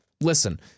listen